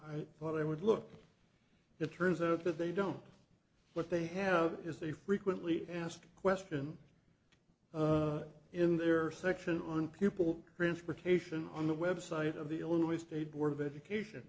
i thought i would look it turns out that they don't but they have is they frequently asked question in their section on people transportation on the website of the illinois state board of education